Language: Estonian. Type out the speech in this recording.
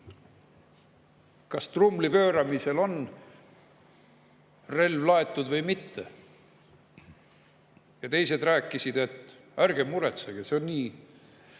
kas trumli pööramise järel on relv laetud või mitte. Ja teised rääkisid, et ärge muretsege, see on nii